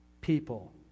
people